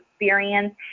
experience